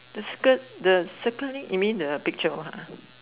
the skirt the circling you mean the picture one ha